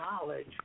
knowledge